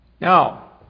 Now